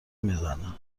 میزنه